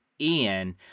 ian